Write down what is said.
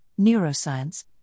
neuroscience